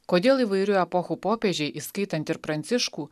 kodėl įvairių epochų popiežiai įskaitant ir pranciškų